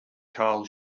carl